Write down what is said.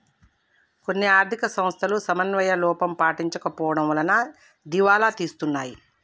కొన్ని ఆర్ధిక సంస్థలు సమన్వయ లోపం పాటించకపోవడం వలన దివాలా తీస్తున్నాయి